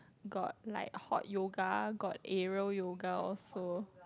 got like hot yoga got aerial yoga also